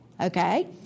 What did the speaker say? Okay